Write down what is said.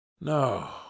No